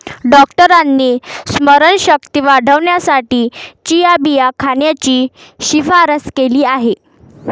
डॉक्टरांनी स्मरणशक्ती वाढवण्यासाठी चिया बिया खाण्याची शिफारस केली आहे